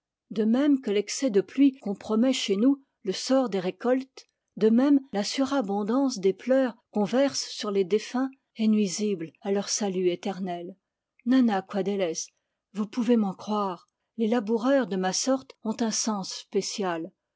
de même que l'excès de pluie compromet chez nous le sort des récoltes de même la surabondance des pleurs qu'on verse sur les défunts est nuisible à leur salut éternel nanna coadélez vous pouvez m'en croire les laboureurs de ma sorte ont un sens spécial